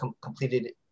completed